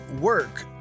work